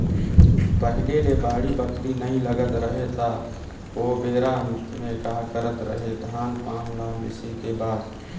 पहिले ले बाड़ी बखरी नइ लगात रहें त ओबेरा में का करत रहें, धान पान ल मिसे के बाद